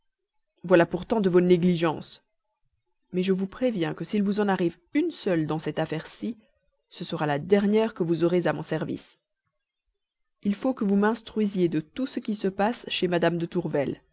voilà pourtant de vos négligences mais je vous préviens que s'il vous en arrive une seule dans cette affaire ci ce sera la dernière que vous aurez à mon service il faut que vous m'instruisiez de tout ce qui se passe chez mme de tourvel